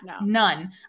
None